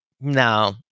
No